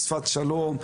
שפת שלום,